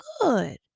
good